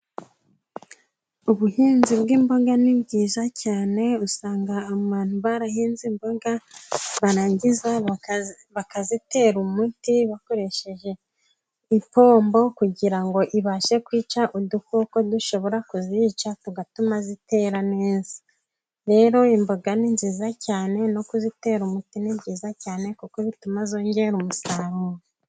Ubuhinzi bw'imboga ni byiza cyane usanga abantu barahinze imboga barangiza bakazitera umuti bakoresheje ipombo kugira ngo ibashe kwica udukoko dushobora kuzica tugatuma zitera neza. Rero imboga ni nziza cyane no kuzitera umuti ni byiza cyane kuko bituma zongera umusaruro.